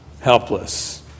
helpless